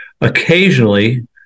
Occasionally